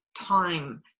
time